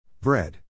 Bread